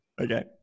Okay